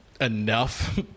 enough